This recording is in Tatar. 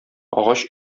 агач